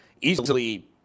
easily